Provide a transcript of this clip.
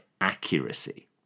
accuracy